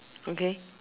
okay